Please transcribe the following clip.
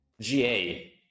GA